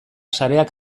sareak